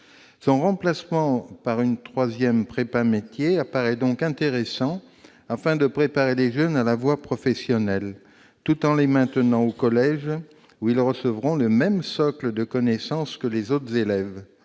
Son remplacement par une troisième « prépa-métiers » apparaît donc intéressant en vue de préparer des jeunes à la voie professionnelle tout en les maintenant au collège, où ils recevront le même socle de connaissances que les autres élèves.